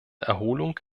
erholung